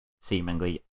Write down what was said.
seemingly